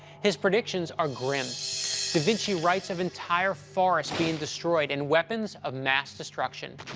his predictions are grim. da vinci writes of entire forests being destroyed and weapons of mass destruction.